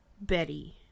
Betty